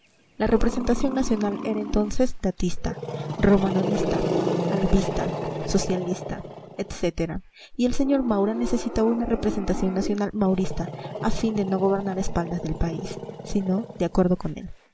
la representación nacional era entonces datista romanonista albista socialista etcétera y el sr maura necesitaba una representación nacional maurista a fin de no gobernar a espaldas del país sino de acuerdo con él